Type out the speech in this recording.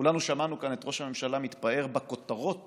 כולנו שמענו כאן את ראש הממשלה מתפאר בכותרות